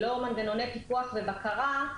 ללא מנגנוני פיקוח ובקרה,